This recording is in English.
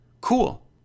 Cool